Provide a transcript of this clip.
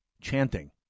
chanting